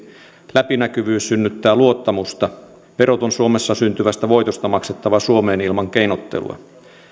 läpinäkyvyys synnyttää luottamusta verot on suomessa syntyvästä voitosta maksettava suomeen ilman keinottelua